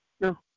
No